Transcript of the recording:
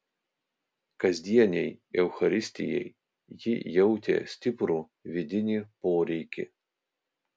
kasdienei eucharistijai ji jautė stiprų vidinį poreikį